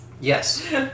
Yes